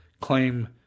claim